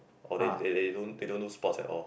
or they they they don't they don't do sports at all